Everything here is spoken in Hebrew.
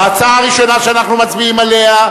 ההצעה הראשונה שאנחנו מצביעים עליה,